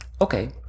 Okay